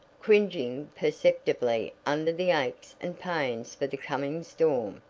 cringing perceptibly under the aches and pains for the coming storm.